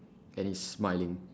and he is smiling